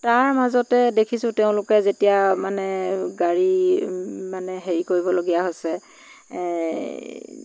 তাৰ মাজতে দেখিছোঁ তেওঁলোকে যেতিয়া মানে গাড়ী মানে হেৰি কৰিবলগীয়া হৈছে